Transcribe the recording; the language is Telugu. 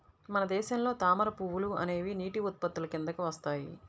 మన దేశంలో తామర పువ్వులు అనేవి నీటి ఉత్పత్తుల కిందికి వస్తాయి